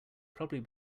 probably